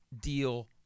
deal